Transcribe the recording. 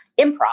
improv